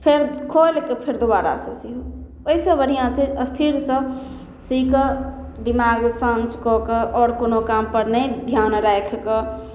फेर खोलिके फेर दोबारासे सिउ ओहिसे बढ़िआँ छै स्थिरसँ सी कऽ दिमाग शान्त कऽ कऽ आओर कोनो कामपर नहि धिआन राखिकऽ